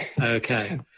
Okay